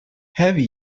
heavy